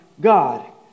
God